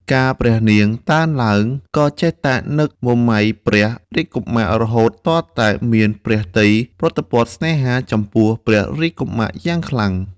កាលព្រះនាងតើណឡើង ក៏ចេះតែនឹកមមៃព្រះ រាជកុមារ រហូតទាល់តែមានព្រះទ័យប្រតិព័ទ្ធស្នេហា ចំពោះព្រះរាជកុមារយ៉ាងខ្លាំង ។